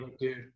dude